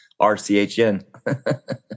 RCHN